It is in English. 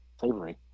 Savory